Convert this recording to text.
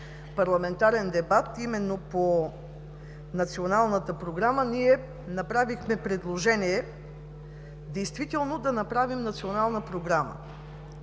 парламентарен дебат именно по Националната програма, ние направихме предложение действително да направим национална програма,